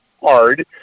hard